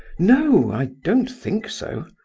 no, i don't think so.